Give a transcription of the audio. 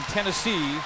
Tennessee